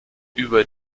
über